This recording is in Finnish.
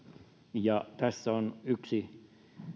ja tässä on yksi